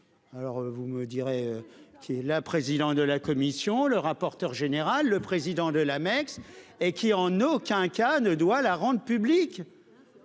Alors vous me direz. Qui est la présidente de la commission, le rapport. En général, le président de l'Amex et qui en aucun cas ne doit la rende public.